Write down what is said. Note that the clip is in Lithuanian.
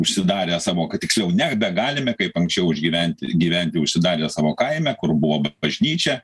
užsidarę savo kad tiksliau nebegalime kaip anksčiau išgyventi gyventi užsidarę savo kaime kur buvo bažnyčia